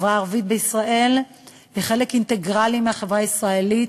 החברה הערבית בישראל היא חלק אינטגרלי מהחברה הישראלית,